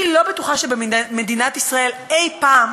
אני לא בטוחה שהייתה במדינת ישראל אי-פעם